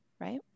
right